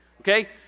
Okay